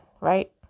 right